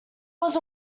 was